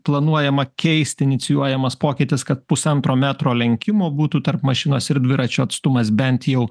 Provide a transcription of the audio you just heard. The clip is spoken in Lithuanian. planuojama keisti inicijuojamas pokytis kad pusantro metro lenkimu būtų tarp mašinos ir dviračio atstumas bent jau